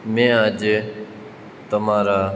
મેં આજે તમારા